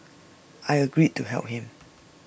I agreed to help him